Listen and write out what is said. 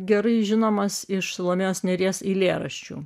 gerai žinomas iš salomėjos nėries eilėraščių